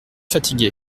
fatigué